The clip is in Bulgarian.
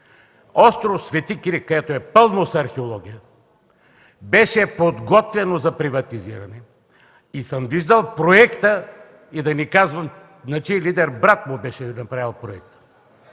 Остров „Св. Кирик”, където е пълно с археология, беше подготвен за приватизиране. И съм виждал проекта. Да не казвам на чий лидер брат му беше направил проекта.